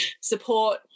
support